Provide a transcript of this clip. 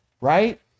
Right